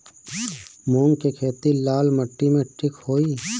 मूंग के खेती लाल माटी मे ठिक होई?